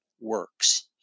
works